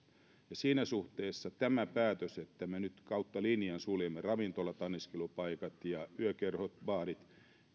ja siinä suhteessa tämä päätös että me nyt kautta linjan suljemme ravintolat anniskelupaikat ja yökerhot baarit